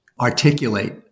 articulate